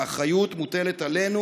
האחריות מוטלת עלינו.